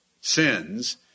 sins